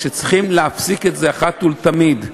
שצריך להפסיק עם זה אחת ולתמיד.